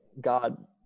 God